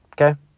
okay